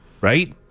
right